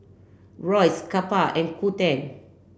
Royce Kappa and Qoo ten